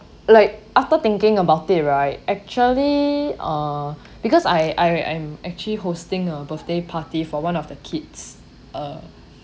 like after thinking about it right actually uh because I I I'm actually hosting a birthday party for one of the kids uh